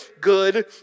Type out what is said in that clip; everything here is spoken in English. good